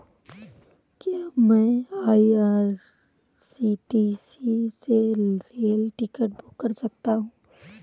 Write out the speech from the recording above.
क्या मैं आई.आर.सी.टी.सी से रेल टिकट बुक कर सकता हूँ?